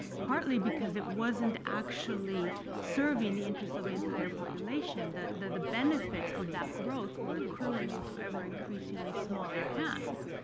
partly because it wasn't actually serving the interests of the entire population. the the benefits of that growth were accruing into ever increasingly smaller hands.